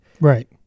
Right